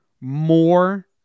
more